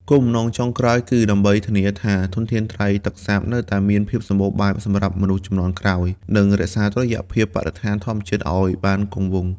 គោលបំណងចុងក្រោយគឺដើម្បីធានាថាធនធានត្រីទឹកសាបនៅតែមានភាពសម្បូរបែបសម្រាប់មនុស្សជំនាន់ក្រោយ និងរក្សាតុល្យភាពបរិស្ថានធម្មជាតិឲ្យបានគង់វង្ស។